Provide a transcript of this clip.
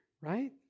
right